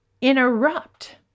interrupt